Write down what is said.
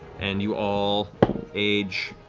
and you all age,